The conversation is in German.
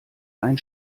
ein